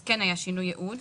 אז כן היה שינוי ייעוד.